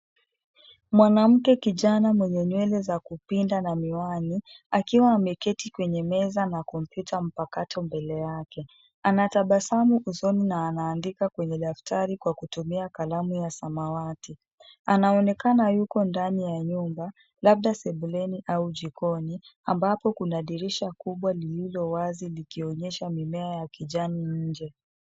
Mwanamke kijana mwenye nywele za kupinda na miwani akiwa ameketi kwenye meza na kompyuta mpakato mbele yake. Anatabasamu usoni na anaandika kwenye daftari kwa kutumia kalamu ya samawati. Anaonekana yuko ndani ya nyumba labda sebuleni au jikoni ambapo kuna dirisha kubwa lililo wazi likionyesha mimea ya kijani nje.